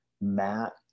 Matt